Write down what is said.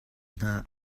hna